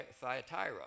Thyatira